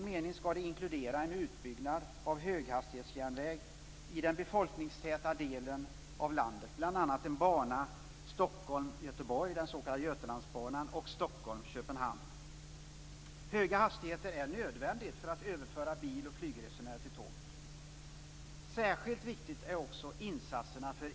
Man har undersökt de andra fjordarna runt mellersta och södra Bohuslän. Det är Kalvöfjorden och Koljefjorden.